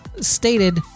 stated